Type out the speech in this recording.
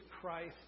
Christ